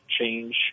change